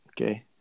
okay